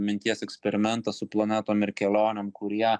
minties eksperimentas su planetom ir kelionėm kurie